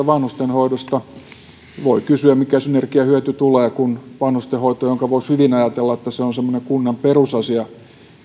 vanhustenhoidosta voi kysyä mikä synergiahyöty tulee kun vanhustenhoito josta voisi hyvin ajatella että se on semmoinen kunnan perusasia